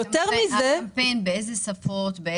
באיזה שפות הקמפיין?